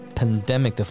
pandemic